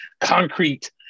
concrete